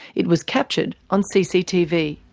it was captured on cctv.